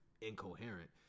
incoherent